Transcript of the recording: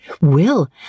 Will